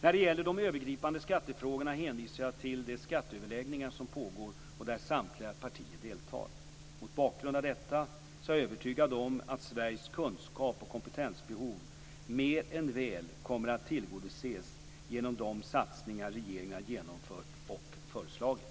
När det gäller de övergripande skattefrågorna hänvisar jag till de skatteöverläggningar som pågår och där samtliga partier deltar. Mot bakgrund av detta är jag övertygad om att Sveriges kunskaps och kompetensbehov mer än väl kommer att tillgodoses genom de satsningar regeringen har genomfört och föreslagit.